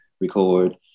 record